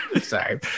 Sorry